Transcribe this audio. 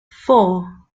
four